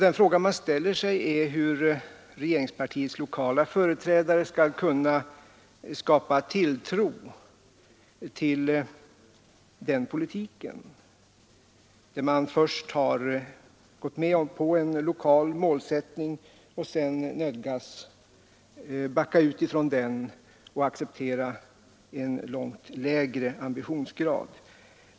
Den fråga man ställer sig är hur regeringspartiets lokala företrädare skall kunna skapa tilltro till en sådan politik. Man har alltså först gått med på en lokal målsättning och sedan nödgats backa ut från den och acceptera en långt lägre ambitionsgrad.